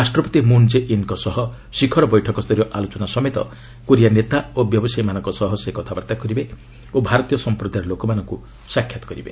ରାଷ୍ଟ୍ରପତି Moon Jae ଇନ୍ଙ୍କ ସହ ଶୀଖରବୈଠକ ସ୍ତରୀୟ ଆଲୋଚନା ସମେତ କୋରିଆ ନେତା ଓ ବ୍ୟବସାୟୀମାନଙ୍କ ସହ ସେ କଥାବାର୍ତ୍ତା କରିବେ ଓ ଭାରତୀୟ ସମ୍ପ୍ରଦାୟର ଲୋକମାନଙ୍କୁ ସାକ୍ଷାତ କରିବେ